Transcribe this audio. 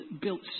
built